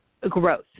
Growth